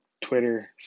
Twitter